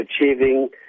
achieving